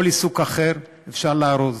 כל עיסוק אחר אפשר לארוז,